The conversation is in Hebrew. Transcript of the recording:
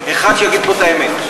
שינוי, אחד שיגיד פה את האמת.